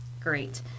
Great